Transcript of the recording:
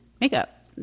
makeup